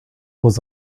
was